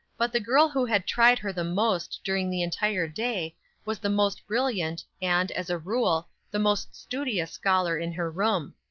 but the girl who had tried her the most during the entire day was the most brilliant, and, as a rule, the most studious scholar in her room.